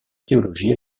théologie